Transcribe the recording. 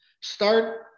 Start